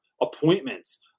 appointments